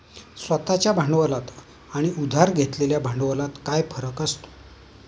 स्वतः च्या भांडवलात आणि उधार घेतलेल्या भांडवलात काय फरक असतो?